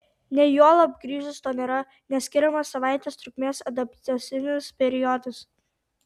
ne juolab grįžus to nėra nes skiriamas savaitės trukmės adaptacinis periodas